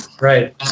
Right